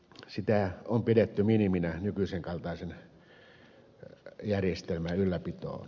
sitä on pidetty miniminä nykyisen kaltaisen järjestelmän ylläpitoon